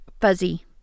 fuzzy